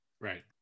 right